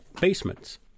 basements